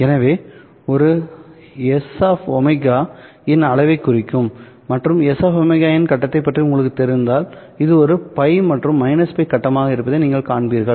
எனவே இது ஒரு s ω இன் அளவைக் குறிக்கும் மற்றும் s ω இன் கட்டத்தைப் பற்றி உங்களுக்குத் தெரிந்தால்இது ஒரு ϕ மற்றும் ϕ கட்டமாக இருப்பதை நீங்கள் காண்பீர்கள்